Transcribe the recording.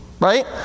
Right